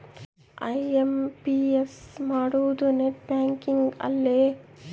IMPS ಮಾಡೋದು net banking ಅಲ್ಲೆ